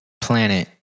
planet